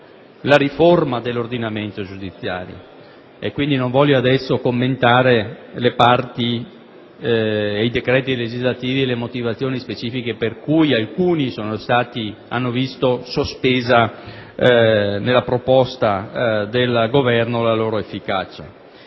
la riforma dell'ordinamento giudiziario. Non voglio pertanto commentare adesso le parti, i decreti legislativi e le motivazioni specifiche per cui alcuni hanno visto sospesa nella proposta del Governo la loro efficacia.